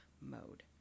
mode